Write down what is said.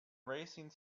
racing